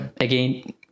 again